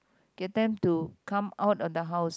get them to come out of the house